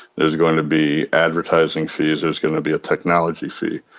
there's going to be advertising fees, there's going to be a technology fee.